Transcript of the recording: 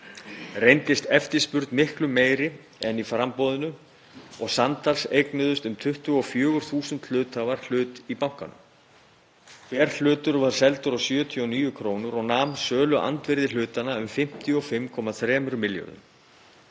Reyndist eftirspurn miklu meiri en framboðið og samtals eignuðust um 24.000 hluthafar hlut í bankanum. Hver hlutur var seldur á 79 kr. og nam söluandvirði hlutanna um 55,3 milljörðum.